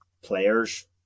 players